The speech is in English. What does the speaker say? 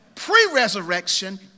Pre-resurrection